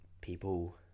people